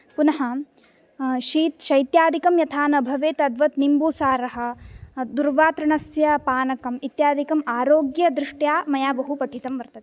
पुनः शीत् शैत्यादिकं यथा न भवेत् तद्वत् निम्बूसारः दुर्वातृणस्यापानकम् इत्यादिकम् आरोग्यदृष्ट्या मया बहु पठितं वर्तते